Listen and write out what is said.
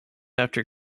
after